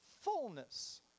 fullness